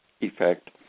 effect